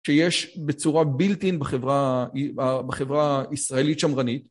שיש בצורה בילט אין בחברה.. בחברה הישראלית שמרנית.